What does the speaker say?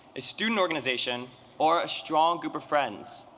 a student organization or a strong group of friends,